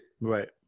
Right